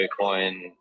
Bitcoin